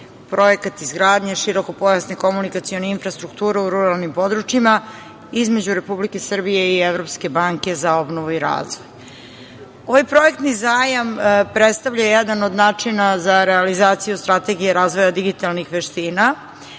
projekat izgradnje širokopojasne komunikacione infrastrukture u ruralnim područjima između Republike Srbije i Evropske banke za obnovu i razvoj. Ovaj projektni zajam predstavlja jedan od načina za realizaciju strategije razvoja digitalnih veština,